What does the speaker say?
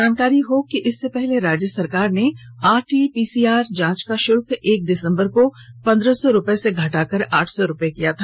जानकारी हो कि इससे पहले राज्य सरकार ने आरटीपीसीआर जांच का शुल्क एक दिसंबर को पन्द्रह सौ रूपये से घटाकर पांच सौ रूपये किया था